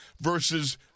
versus –